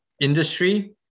industry